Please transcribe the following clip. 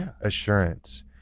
assurance